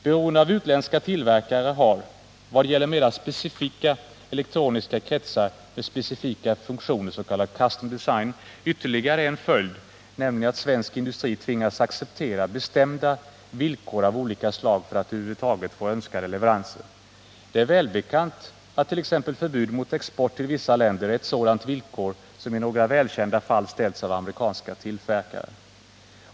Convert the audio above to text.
Beroendet av utländska tillverkare har, vad gäller mera specifika elektroniska kretsar med specifika funktioner, s.k. custom design, ytterligare en följd, nämligen att svensk industri tvingas acceptera bestämda villkor av olika slag för att över huvud taget få önskade leveranser. Det är välbekant att t.ex. förbud mot export till vissa länder är ett sådant villkor, som i några välkända fall ställts av amerikanska tillverkare.